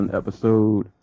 episode